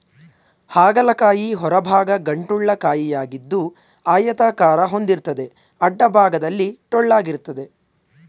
ಹಾಗಲ ಕಾಯಿ ಹೊರಭಾಗ ಗಂಟುಳ್ಳ ಕಾಯಿಯಾಗಿದ್ದು ಆಯತಾಕಾರ ಹೊಂದಿರ್ತದೆ ಅಡ್ಡಭಾಗದಲ್ಲಿ ಟೊಳ್ಳಾಗಿರ್ತದೆ